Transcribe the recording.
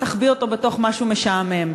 תחביא אותו בתוך משהו משעמם,